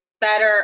better